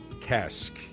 cask